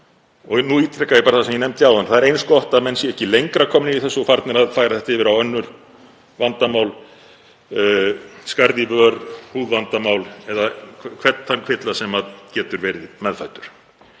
Nú ítreka ég bara það sem ég nefndi áðan, það er eins gott að menn séu ekki lengra komnir í þessu og farnir að færa þetta yfir á önnur vandamál: Skarð í vör, húðvandamál eða hvern þann kvilla sem getur verið meðfæddur.